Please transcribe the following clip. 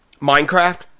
Minecraft